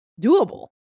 doable